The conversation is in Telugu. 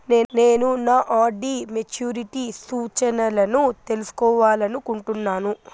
నేను నా ఆర్.డి మెచ్యూరిటీ సూచనలను తెలుసుకోవాలనుకుంటున్నాను